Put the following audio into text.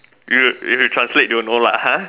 if you if you translate you'll know lah !huh!